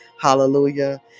Hallelujah